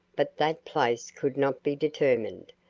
but that place could not be determined,